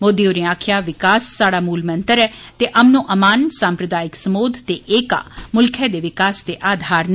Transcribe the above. मोदी होरें आक्खेया विकास साड़ा मूल मंत्र ऐ ते अमनो अमान साम्प्रदायिक समोध ते एका मूल्खै दे विकास दे आधार न